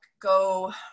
go